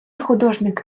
художник